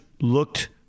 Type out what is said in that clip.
looked